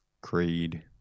creed